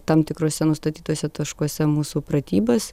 tam tikruose nustatytuose taškuose mūsų pratybas